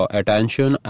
attention